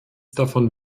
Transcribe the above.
davon